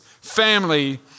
family